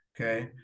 Okay